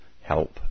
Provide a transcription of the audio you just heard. help